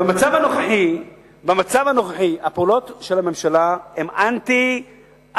במצב הנוכחי הפעולות של הממשלה הן אנטי-חברתיות.